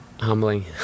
humbling